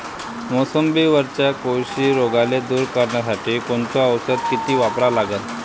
मोसंबीवरच्या कोळशी रोगाले दूर करासाठी कोनचं औषध किती वापरा लागन?